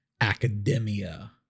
academia